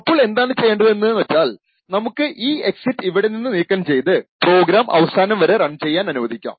ഇപ്പോൾ എന്താണ് ചെയ്യേണ്ടത് എന്ന് വച്ചാൽ നമുക്ക് ഈ എക്സിറ്റ് ഇവിടെ നിന്ന് നീക്കം ചെയ്ത് പ്രോഗ്രാം അവസാനം വരെ റൺ ചെയ്യാനനുവദിക്കാം